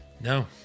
No